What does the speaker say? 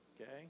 okay